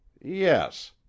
yes